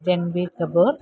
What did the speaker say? Ranveer Kapoor